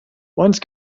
once